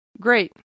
Great